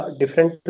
different